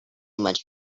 much